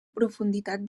profunditat